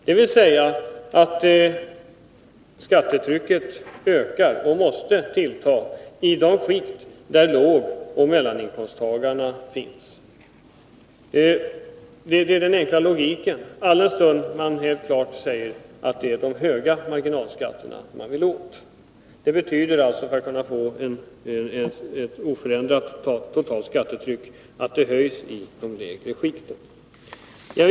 Detta innebär att skattetrycket ökar i de skikt där lågoch mellaninkomsttagarna finns. Det är den logiska följden, alldenstund man vill klart säga att det är de höga marginalskatterna man vill åt. Det betyder att skattetrycket höjs i de lägre inkomstskikten, för att man skall få ett oförändrat totalt skattetryck.